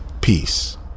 peace